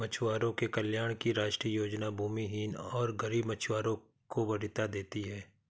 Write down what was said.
मछुआरों के कल्याण की राष्ट्रीय योजना भूमिहीन और गरीब मछुआरों को वरीयता देती है